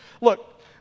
Look